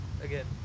again